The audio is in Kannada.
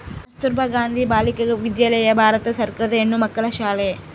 ಕಸ್ತುರ್ಭ ಗಾಂಧಿ ಬಾಲಿಕ ವಿದ್ಯಾಲಯ ಭಾರತ ಸರ್ಕಾರದ ಹೆಣ್ಣುಮಕ್ಕಳ ಶಾಲೆ